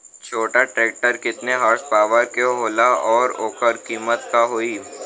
छोटा ट्रेक्टर केतने हॉर्सपावर के होला और ओकर कीमत का होई?